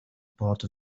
part